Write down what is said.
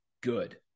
good